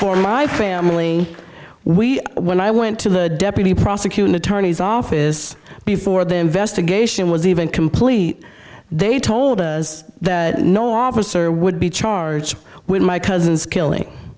us or my family we when i went to the deputy prosecuting attorney's office before the investigation was even complete they told no officer would be charged with my cousins killing